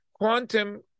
quantum